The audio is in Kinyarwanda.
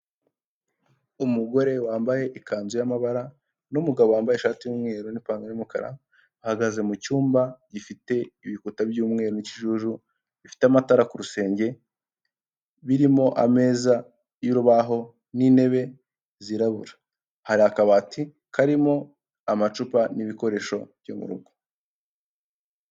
Umugore wambaye ikanzu y'amabara n'umugabo wambaye ishati y'umweru n'ipantaro y'umukara, ahagaze mu cyumba gifite ibikuta by'umweru n'ikijuju bifite amatara ku rusenge, birimo ameza y'urubaho n'intebe zirabura, hari akabati karimo amacupa n'ibikoresho byo murugo.